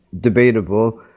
debatable